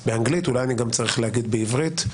באנגלית, אולי אני גם צריך להגיד בעברית.